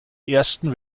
ersten